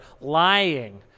lying